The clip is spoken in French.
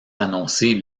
annoncée